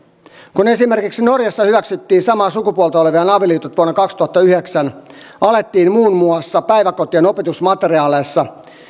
kun esimerkiksi norjassa hyväksyttiin samaa sukupuolta olevien avioliitot vuonna kaksituhattayhdeksän alettiin muun muassa päiväkotien opetusmateriaaleissa